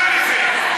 אתה עוד לא מוכן לזה.